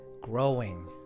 growing